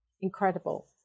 Incredible